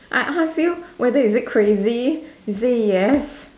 I ask you whether is it crazy you say yes